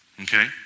Okay